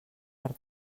per